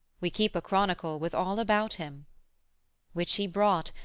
we keep a chronicle with all about him' which he brought,